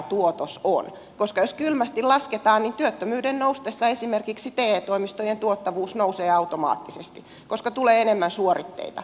jos kylmästi lasketaan niin työttömyyden noustessa esimerkiksi te toimistojen tuottavuus nousee automaattisesti koska tulee enemmän suoritteita